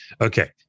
Okay